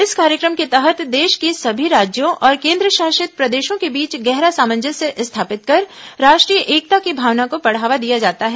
इस कार्यक्रम के तहत देश के सभी राज्यों और केन्द्रशासित प्रदेशों के बीच गहरा सामंजस्य स्थापित कर राष्ट्रीय एकता की भावना को बढ़ावा दिया जाता है